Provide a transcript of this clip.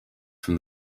from